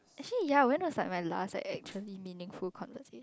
she yeah went was my like last actually meaningful conversation